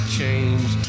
change